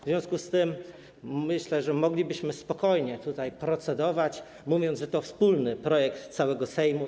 W związku z tym myślę, że moglibyśmy spokojnie procedować, mówiąc, że to wspólny projekt całego Sejmu.